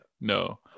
No